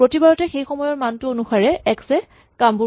প্ৰতিবাৰতে সেইসময়ৰ মানটো অনুসাৰে এক্স এ কামবোৰ কৰিব